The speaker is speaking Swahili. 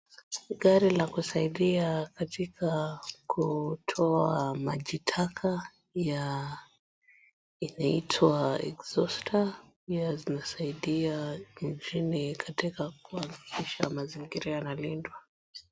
Gari la kusaidia katika kutoa maji taka ya inaitwa exhauster pia inasaidia nchini katika kuhakikisha mazingira yamelindwa.